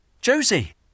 Josie